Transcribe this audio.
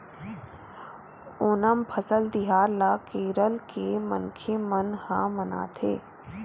ओनम फसल तिहार ल केरल के मनखे मन ह मनाथे